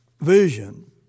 vision